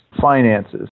finances